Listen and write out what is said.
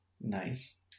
Nice